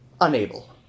unable